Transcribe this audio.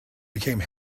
became